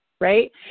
right